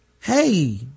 hey